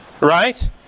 Right